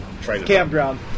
campground